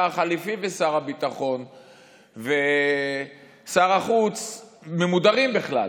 החליפי ושר הביטחון ושר החוץ ממודרים בכלל,